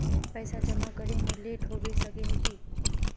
पैसा जमा करे में लेट होबे सके है की?